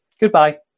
Goodbye